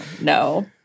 no